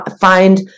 Find